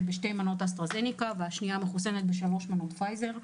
בשתי מנות אסטרה-זניקה והשנייה מחוסנת בשלוש מנות של פייזר.